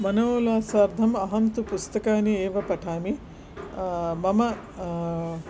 मनोल्लासार्थं अहं तु पुस्तकानि एव पठामि मम